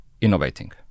innovating